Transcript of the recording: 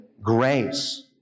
grace